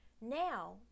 now